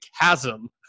chasm